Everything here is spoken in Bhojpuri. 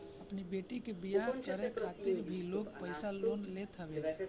अपनी बेटी के बियाह करे खातिर भी लोग लोन लेत हवे